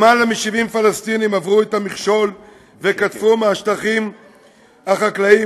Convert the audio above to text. יותר מ-70 פלסטינים עברו את המכשול וקטפו מהשטחים החקלאיים